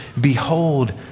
behold